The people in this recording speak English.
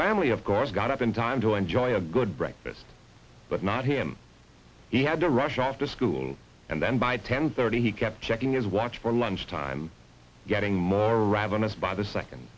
family of course got up in time to enjoy a good breakfast but not him he had to rush off to school and then by ten thirty he kept checking his watch from lunch time getting more ravenous by the second